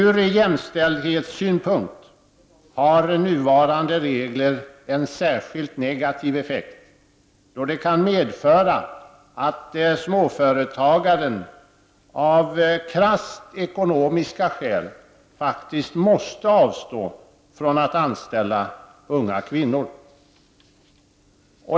Ur jämställdhetssynpunkt har nuvarande regler en särskilt negativ effekt då de kan medföra att småföretagaren av krasst ekonomiska skäl måste avstå från att anställa unga kvinnor.